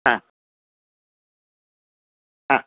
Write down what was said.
ആ ആ